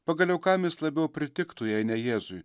pagaliau kam jis labiau pritiktų jei ne jėzui